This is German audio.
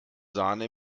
sahne